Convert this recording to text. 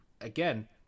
again